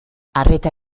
arreta